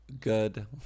good